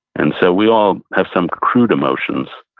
and so we all have some crude emotions,